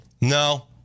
No